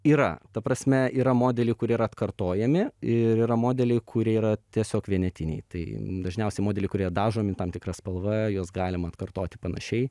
yra ta prasme yra modeliai kurie yra atkartojami ir yra modeliai kurie yra tiesiog vienetiniai tai dažniausiai modeliai kurie dažomi tam tikra spalva juos galima atkartoti panašiai